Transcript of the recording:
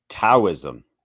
Taoism